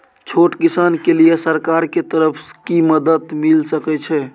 छोट किसान के लिए सरकार के तरफ कि मदद मिल सके छै?